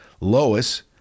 Lois